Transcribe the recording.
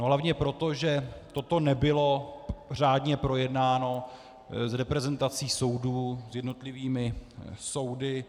Hlavně proto, že toto nebylo řádně projednáno s reprezentací soudů, s jednotlivými soudy.